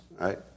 right